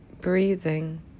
breathing